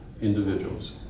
individuals